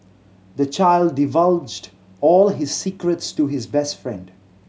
the child divulged all his secrets to his best friend